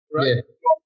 Right